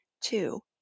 Two